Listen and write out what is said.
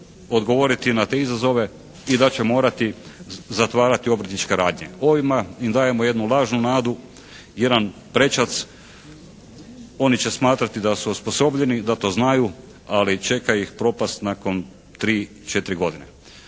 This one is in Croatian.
odgovoriti na te izazove i da će morati zatvarati obrtničke radnje. Ovime im dajemo jednu lažnu nadu, jedan prečac. Oni će smatrati da su osposobljeni, da to znaju ali čeka ih propast nakon 3, 4 godine.